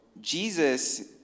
Jesus